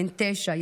בן תשע,